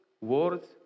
words